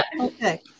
okay